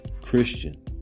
Christian